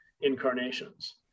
incarnations